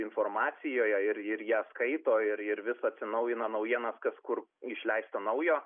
informacijoje ir ir ją skaito ir ir vis atsinaujina naujienas kas kur išleista naujo